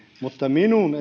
mutta minun